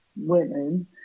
women